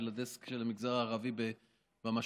הדסק של המגזר הערבי במשל"ט,